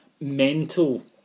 mental